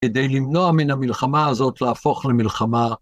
כדי למנוע מן המלחמה הזאת להפוך למלחמה...